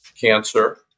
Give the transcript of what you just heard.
cancer